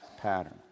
pattern